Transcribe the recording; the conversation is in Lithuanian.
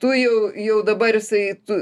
tu jau jau dabar jisai tu